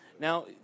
Now